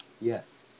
Yes